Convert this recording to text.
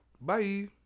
Bye